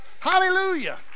Hallelujah